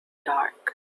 dark